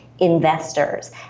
investors